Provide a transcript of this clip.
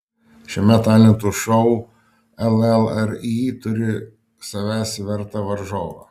šiame talentų šou llri turi savęs vertą varžovą